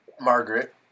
Margaret